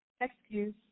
excuse